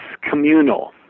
communal